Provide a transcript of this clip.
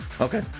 Okay